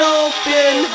open